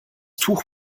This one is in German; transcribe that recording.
tuch